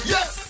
Yes